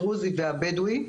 הדרוזי והבדואי.